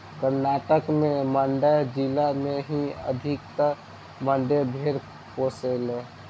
कर्नाटक के मांड्या जिला में ही अधिकतर मंड्या भेड़ पोसाले